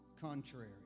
contrary